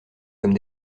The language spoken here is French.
comme